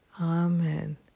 Amen